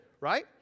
right